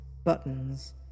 buttons